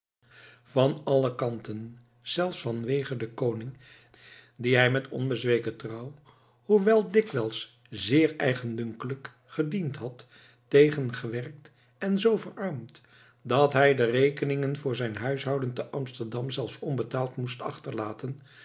van alle kanten zelfs vanwege den koning dien hij met onbezweken trouw hoewel dikwijls zeer eigendunkelijk gediend had tegengewerkt en z verarmd dat hij de rekeningen voor zijn huishouden te amsterdam zelfs onbetaald moest achterlaten